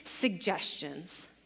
suggestions